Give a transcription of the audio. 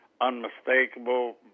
unmistakable